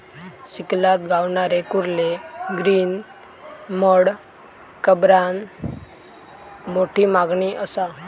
चिखलात गावणारे कुर्ले ग्रीन मड क्रॅबाक मोठी मागणी असा